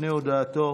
לפני הודעתו